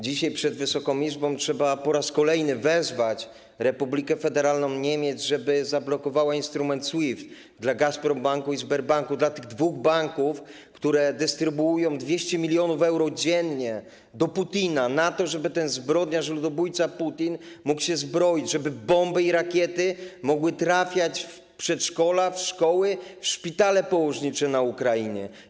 Dzisiaj przed Wysoką Izbą trzeba po raz kolejny wezwać Republikę Federalną Niemiec, żeby zablokowała instrument SWIFT dla Gazprombanku i Sbierbanku - dla tych dwóch banków, które dystrybuują 200 mln euro dziennie do Putina, na to, żeby ten zbrodniarz, ludobójca Putin mógł się zbroić, żeby bomby i rakiety mogły trafiać w przedszkola, w szkoły, w szpitale położnicze na Ukrainie.